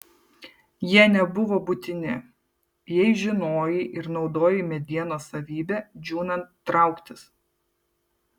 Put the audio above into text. jie nebuvo būtini jei žinojai ir naudojai medienos savybę džiūnant trauktis